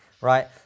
right